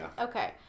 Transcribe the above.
Okay